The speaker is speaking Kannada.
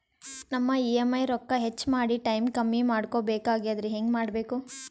ನಮ್ಮ ಇ.ಎಂ.ಐ ರೊಕ್ಕ ಹೆಚ್ಚ ಮಾಡಿ ಟೈಮ್ ಕಮ್ಮಿ ಮಾಡಿಕೊ ಬೆಕಾಗ್ಯದ್ರಿ ಹೆಂಗ ಮಾಡಬೇಕು?